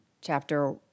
chapter